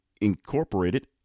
Incorporated